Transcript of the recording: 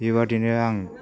बेबायदिनो आं